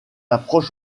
approche